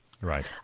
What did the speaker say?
Right